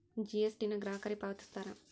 GST ನ ಗ್ರಾಹಕರೇ ಪಾವತಿಸ್ತಾರಾ